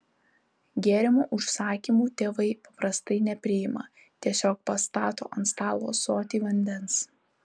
gėrimų užsakymų tėvai paprastai nepriima tiesiog pastato ant stalo ąsotį vandens